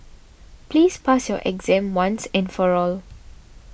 please pass your exam once and for all